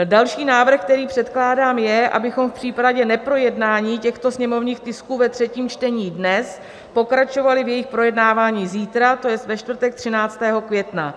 Další návrh, který předkládám, je, abychom v případě neprojednání těchto sněmovních tisků ve třetím čtení dnes pokračovali v jejich projednávání zítra, tj. ve čtvrtek 13. května.